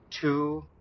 two